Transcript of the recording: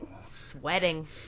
Sweating